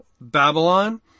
Babylon